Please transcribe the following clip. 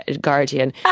Guardian